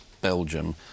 Belgium